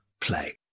play